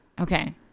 Okay